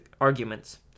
arguments